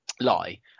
lie